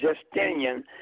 Justinian